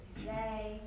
today